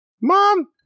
Mom